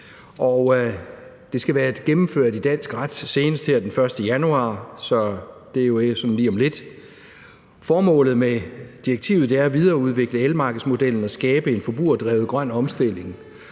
Det skal være gennemført i dansk ret senest her den 1. januar 2021, så det er jo lige om lidt. Formålet med direktivet er at videreudvikle elmarkedsmodellen og skabe en forbrugerdrevet grøn omstilling,